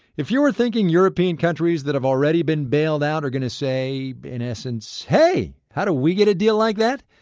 if you were thinking european countries that have already been bailout out are going to say, in essence hey, how do we get a deal like that?